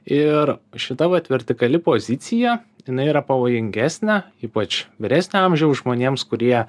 ir šita vat vertikali pozicija jinai yra pavojingesnė ypač vyresnio amžiaus žmonėms kurie